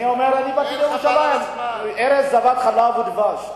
אני אומר שבאתי לירושלים, לארץ זבת חלב ודבש.